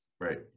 Right